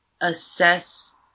assess